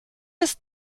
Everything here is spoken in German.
ist